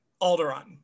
Alderaan